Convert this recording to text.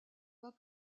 pas